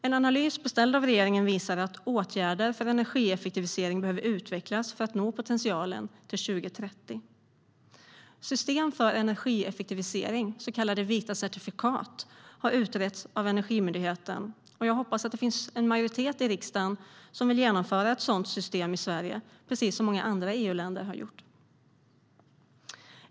En analys beställd av regeringen visar att åtgärder för energieffektivisering behöver utvecklas för att nå potentialen till 2030. System för energieffektivisering, så kallade vita certifikat, har utretts av Energimyndigheten. Jag hoppas att det finns en majoritet i riksdagen som vill genomföra ett sådant system i Sverige, precis som många andra EU-länder har gjort.